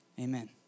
amen